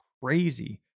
crazy